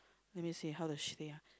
let me see how does she say ah